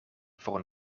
voor